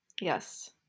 yes